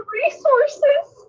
resources